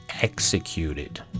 executed